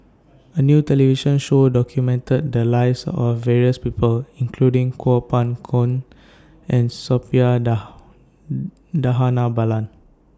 A New television Show documented The Lives of various People including Kuo Pao Kun and Suppiah Dhanabalan